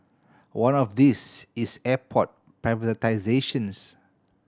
one of these is airport privatisations